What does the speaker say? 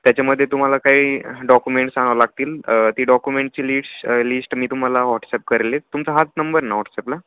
त्याच्यामध्ये तुम्हाला काही डॉकुमेंट्स आणावं लागतील ती डॉक्युमेंटची लिश लिश्ट मी तुम्हाला वॉट्सअप करेल तुमचा हाच नंबर ना व्हॉट्सअपला